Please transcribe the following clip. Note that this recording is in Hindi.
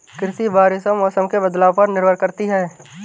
कृषि बारिश और मौसम के बदलाव पर निर्भर करती है